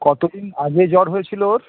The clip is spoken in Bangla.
কতদিন আগে জ্বর হয়েছিলো ওর